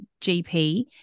GP